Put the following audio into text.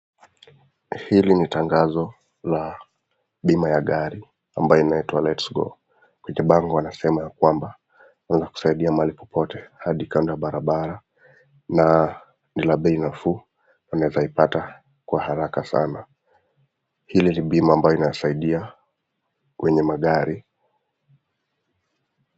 Hili ni tangazo la bima ya gari ambayo inaitwa Letsgo. Kwenye bango wanasema ya kwamba wanatusaidia mahali popote hadi kando ya barabara na nila bei nafuu na unaweza ipata kwa haraka sanaa. Hili ni bima ambayo inasaidia kwenye magari.